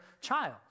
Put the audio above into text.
child